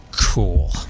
cool